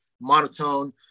monotone